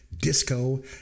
disco